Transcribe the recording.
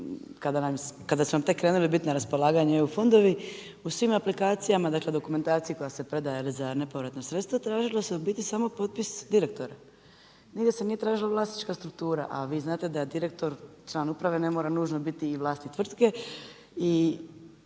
kada su nam tek krenuli biti na raspolaganju eu fondovi, u svim aplikacijama, dakle dokumentaciji koja se predaje za nepovratna sredstva, tražilo se u biti samo potpis direktora. Nije se ni tražila vlasnička struktura, a vi znate da je direktor član uprave, ne mora nužno biti i vlasnik tvrtke